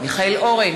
מיכאל אורן,